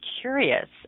curious